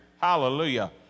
Hallelujah